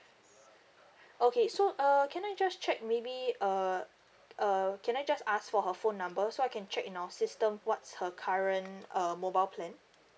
okay so uh can I just check maybe uh uh can I just ask for her phone number so I can check in our system what's her current uh mobile plan